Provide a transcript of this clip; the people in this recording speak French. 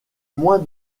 moins